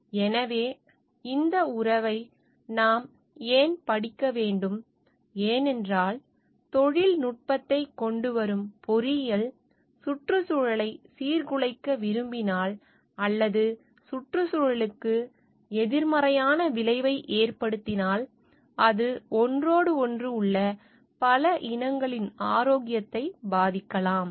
எனவே இந்த உறவை நாம் ஏன் படிக்க வேண்டும் ஏனென்றால் தொழில்நுட்பத்தை கொண்டு வரும் பொறியியல் சுற்றுச்சூழலை சீர்குலைக்க விரும்பினால் அல்லது சுற்றுச்சூழலுக்கு எதிர்மறையான விளைவை ஏற்படுத்தினால் அது ஒன்றோடொன்று உள்ள பல இனங்களின் ஆரோக்கியத்தை பாதிக்கலாம்